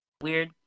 weird